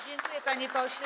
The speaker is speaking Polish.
Dziękuję, panie pośle.